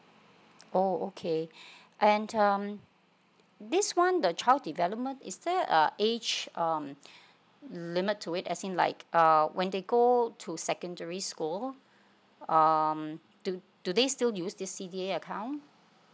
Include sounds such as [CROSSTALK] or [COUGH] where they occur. oh okay [BREATH] and um this one the child development is there a age um [BREATH] limit to it as in like err when they go to secondary school um do do they still use this C_D_A account